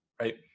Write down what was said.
right